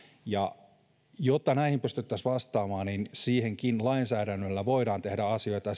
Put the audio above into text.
jotta näihin pystyttäisiin vastaamaan niin siihenkin lainsäädännöllä voidaan tehdä asioita ja